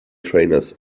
trainers